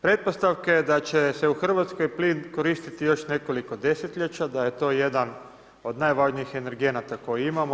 Pretpostavka je da će se u Hrvatskoj plin koristiti još nekoliko desetljeća, da je to jedan od najvažnijih energenata koji imamo.